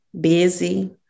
busy